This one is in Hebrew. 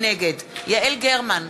נגד יעל גרמן,